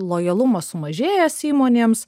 lojalumas sumažėjęs įmonėms